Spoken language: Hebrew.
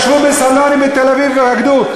ישבו בסלונים בתל-אביב ורקדו.